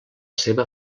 seva